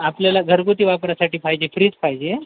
आपल्याला घरगुती वापरासाठी पाहिजे फ्रीज पाहिजे